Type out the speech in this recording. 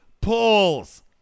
pulls